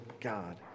God